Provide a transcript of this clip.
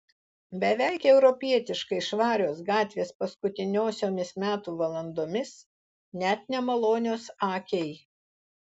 beveik europietiškai švarios gatvės paskutiniosiomis metų valandomis net nemalonios akiai